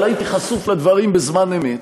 אבל הייתי חשוף לדברים בזמן אמת.